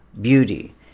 beauty